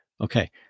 Okay